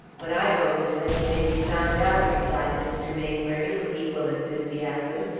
what i hope is that he may be found out, replied mr. mainwaring with equal enthusiasm,